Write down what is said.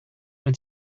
when